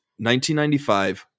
1995